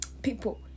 people